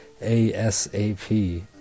ASAP